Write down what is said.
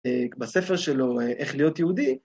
בספר שלו איך להיות יהודי.